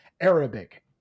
Arabic